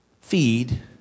feed